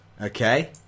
Okay